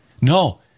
no